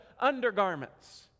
undergarments